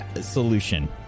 solution